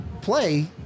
play